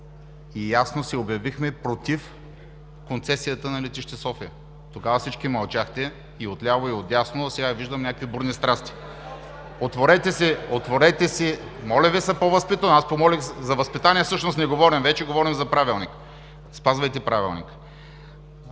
и ясно се обявихме против концесията на Летище София. Тогава всички мълчахте и от ляво, и от дясно, а сега виждам някакви бурни страсти. (Реплики от „БСП за България“.) Моля Ви се, по-възпитано! Аз помолих! За възпитание всъщност не говорим, вече говорим за Правилник. Спазвайте Правилника!